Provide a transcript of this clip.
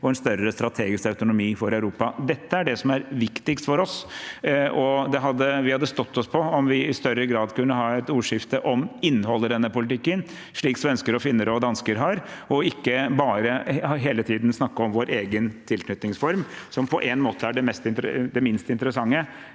og en større strategisk autonomi for Europa. Dette er det som er viktigst for oss. Vi hadde stått oss på om vi i større grad kunne ha et ordskifte om innholdet i denne politikken, slik svensker, finner og dansker har, og ikke bare hele tiden snakke om vår egen tilknytningsform, som på en måte er det minst interessante